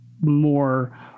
more